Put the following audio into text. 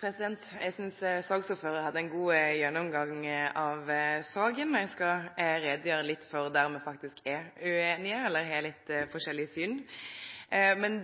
kanselleringer. Eg synest saksordføraren hadde ein god gjennomgang av saka, og eg skal gjere litt greie for det me faktisk er litt ueinige om, eller der me har litt forskjellig syn.